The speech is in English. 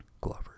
Glover